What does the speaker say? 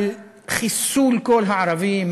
על חיסול כל הערבים,